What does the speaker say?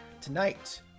Tonight